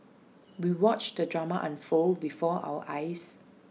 we watched the drama unfold before our eyes